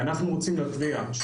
ואנחנו רוצים להתריע,